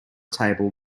table